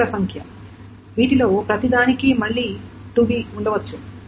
seek ల సంఖ్య వీటిలో ప్రతిదానికి మళ్లీ 2b ఉండవచ్చు